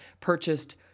Purchased